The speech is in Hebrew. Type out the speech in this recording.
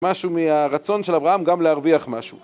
משהו מהרצון של אברהם גם להרוויח משהו